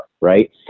right